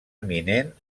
eminent